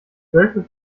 wölfe